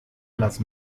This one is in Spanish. las